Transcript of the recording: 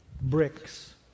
bricks